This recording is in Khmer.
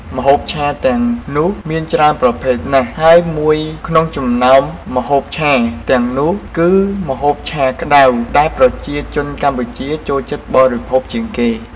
ម្ហូបឆាទាំងនោះមានច្រើនប្រភេទណាស់ហើយមួយក្នុងចំណោមម្ហូបឆាទាំងនោះគឺម្ហូបឆាក្តៅដែលប្រជាជនកម្ពុជាចូលចិត្តបរិភោគជាងគេ។